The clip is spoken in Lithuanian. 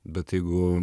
bet jeigu